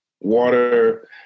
water